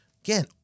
Again